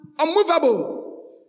unmovable